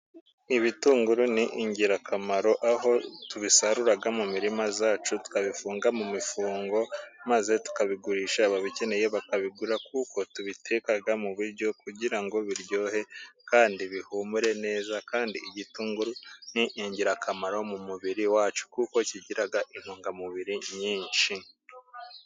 Ibitunguru ni ingirakamaro aho tubisarura mu mirima yacu, twakabifunga mu mifungo, maze tukabigurisha ababikeneye bakabigura ,kuko tubiteka mu biryo kugira ngo biryohe ,kandi bihumure neza kandi igitunguru ni ingirakamaro mu mubiri wacu ,kuko kigira intungamubiri nyinshi.